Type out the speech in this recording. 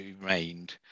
remained